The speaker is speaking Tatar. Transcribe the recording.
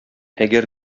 әгәр